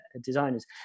designers